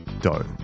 dough